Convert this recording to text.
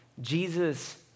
Jesus